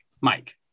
mike